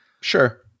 Sure